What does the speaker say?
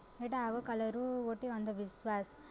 ଏଇଟା ଆଗକାଳରୁ ଗୋଟେ ଅନ୍ଧବିଶ୍ଵାସ